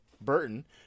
Burton